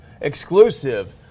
exclusive